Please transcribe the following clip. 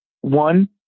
one